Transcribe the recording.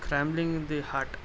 scrambling the heart